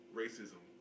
racism